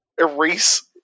erase